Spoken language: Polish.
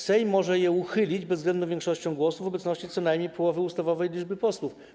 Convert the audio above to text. Sejm może je uchylić bezwzględną większością głosów w obecności co najmniej połowy ustawowej liczby posłów.